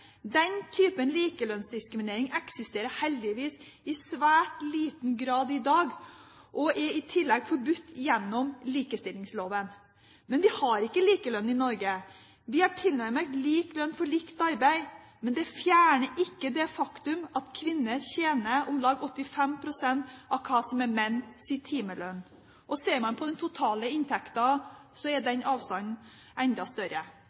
Den type likelønnsdiskriminering eksisterer heldigvis i svært liten grad i dag og er i tillegg forbudt gjennom likestillingsloven. Men vi har ikke likelønn i Norge. Vi har tilnærmet lik lønn for likt arbeid, men det fjerner ikke det faktum at kvinner tjener om lag 85 pst. av det som er menns timelønn. Ser man på den totale inntekten, er den avstanden enda større.